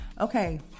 okay